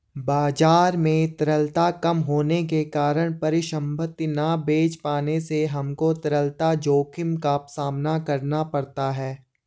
बाजार में तरलता कम होने के कारण परिसंपत्ति ना बेच पाने से हमको तरलता जोखिम का सामना करना पड़ता है